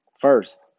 first